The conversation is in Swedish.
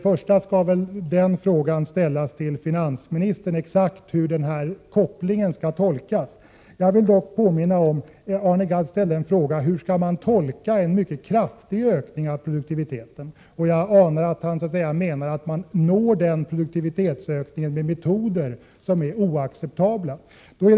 Frågan om hur denna koppling skall tolkas bör väl ställas till finansministern. Arne Gadd frågade hur man skall tolka en mycket kraftig ökning av produktiviteten. Jag anar att han menar att denna produktivitetsökning uppnås med oacceptabla metoder.